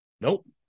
Nope